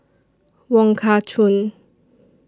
Wong Kah Chun